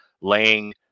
laying